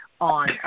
on